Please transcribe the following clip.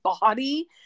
body